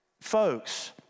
Folks